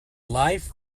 life